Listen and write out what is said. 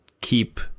keep